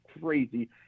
crazy